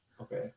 Okay